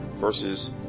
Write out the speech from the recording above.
versus